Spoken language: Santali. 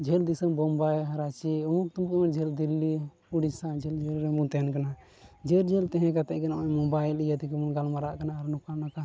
ᱡᱷᱟᱹᱞ ᱫᱤᱥᱚᱢ ᱵᱳᱢᱵᱟᱭ ᱨᱟᱺᱪᱤ ᱩᱢᱩᱠ ᱛᱩᱢᱩᱠ ᱫᱤᱞᱞᱤ ᱩᱲᱤᱥᱥᱟ ᱡᱷᱟᱹᱞ ᱨᱮᱵᱚᱱ ᱛᱟᱦᱮᱱ ᱠᱟᱱᱟ ᱡᱷᱟᱹᱞ ᱡᱷᱟᱹᱞ ᱛᱟᱦᱮᱸ ᱠᱟᱛᱮᱫ ᱜᱮ ᱱᱚᱜᱼᱚᱭ ᱢᱳᱵᱟᱭᱤᱞ ᱤᱭᱟᱹ ᱛᱮᱜᱮ ᱵᱚᱱ ᱜᱟᱞᱢᱟᱨᱟᱜ ᱟᱨ ᱱᱚᱝᱠᱟ ᱱᱚᱝᱠᱟ